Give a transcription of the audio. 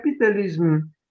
capitalism